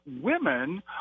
women